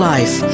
Life